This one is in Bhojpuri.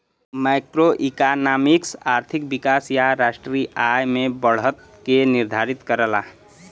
मैक्रोइकॉनॉमिक्स आर्थिक विकास या राष्ट्रीय आय में बढ़त के निर्धारित करला